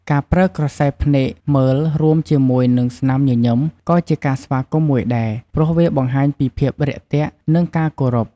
ការប្រើក្រសែភ្នែកមើល រួមជាមួយនឹងស្នាមញញឹម ក៏ជាការស្វាគមន៍មួយដែរ ព្រោះវាបង្ហាញពីភាពរាក់ទាក់ និងការគោរព។